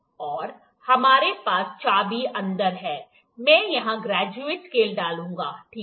और हमारे पास चाबी अंदर है मैं यहां ग्रेजुएट स्केल डालूंगा ठीक है